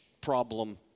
problem